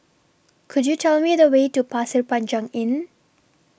Could YOU Tell Me The Way to Pasir Panjang Inn